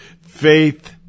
faith